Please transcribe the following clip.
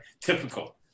Typical